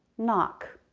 knock,